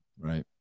Right